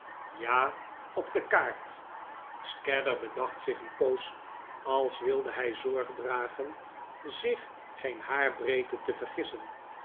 ja op de kaartscadder bedacht zich een poos als wilde hij zorg dragen zich geen haarbreedte te vergissen